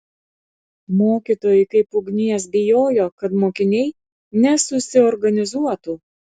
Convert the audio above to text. mokytojai kaip ugnies bijojo kad mokiniai nesusiorganizuotų